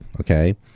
okay